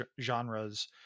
genres